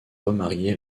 remariée